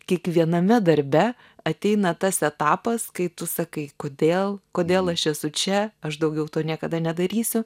kiekviename darbe ateina tas etapas kai tu sakai kodėl kodėl aš esu čia aš daugiau to niekada nedarysiu